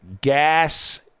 gas